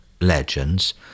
legends